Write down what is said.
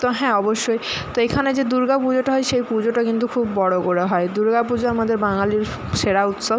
তো হ্যাঁ অবশ্যই তো এখানে যে দুর্গা পুজোটা হয় সেই পুজোটা কিন্তু খুব বড়ো করে হয় দুর্গা পুজো আমাদের বাঙালির সেরা উৎসব